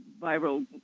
viral